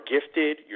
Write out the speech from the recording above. gifted